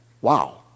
Wow